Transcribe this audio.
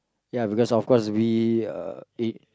ya because of course we uh a